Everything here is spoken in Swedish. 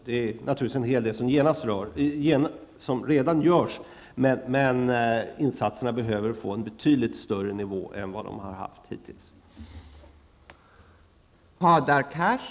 Det är naturligtvis en hel del som redan görs, men insatserna behöver få en betydligt större omfattning än vad de hittills har haft.